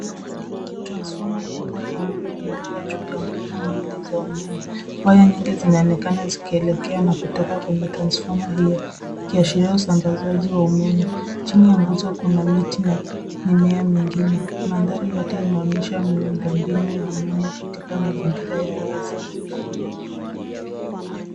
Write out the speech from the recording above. Transfoma kubwa ya umeme umeekwa juu ya nguzo mbili za umeme. Waya nyingi zinaonekana zikielekea na kutoka kwenye transfoma hiyo, ikiashiria usambazaji wa umeme. Chini ya nguzo, kuna miti na mimea mingine. Mandhari yote inaonyesha miundombinu ya umeme katika mazingira ya wazi.